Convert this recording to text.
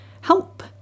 help